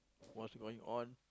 what's going on